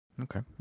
Okay